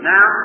Now